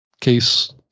case